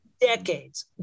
decades